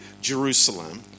Jerusalem